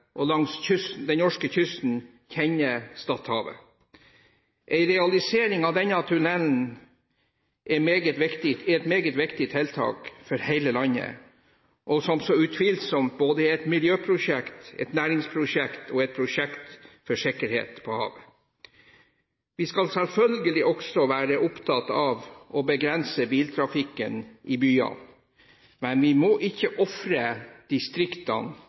og langs den norske kysten, kjenner Stadhavet. En realisering av denne tunnelen er et meget viktig tiltak for hele landet og er utvilsomt både et miljøprosjekt, et næringsprosjekt og et prosjekt for sikkerhet på havet. Vi skal selvfølgelig også være opptatt av å begrense biltrafikken i byene, men vi må ikke ofre distriktene